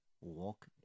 walk